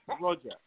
Roger